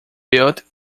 built